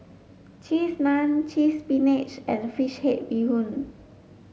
cheese naan cheese spinach and fish head bee hoon